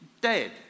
dead